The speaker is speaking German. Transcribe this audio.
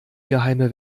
geheime